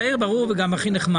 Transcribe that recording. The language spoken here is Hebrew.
כן, השר הכי צעיר וגם הכי נחמד.